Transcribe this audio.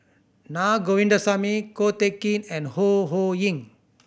Naa Govindasamy Ko Teck Kin and Ho Ho Ying